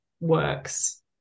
works